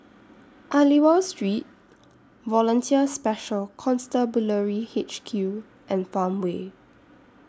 Aliwal Street Volunteer Special Constabulary H Q and Farmway